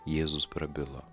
jėzus prabilo